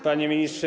Panie Ministrze!